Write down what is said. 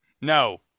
No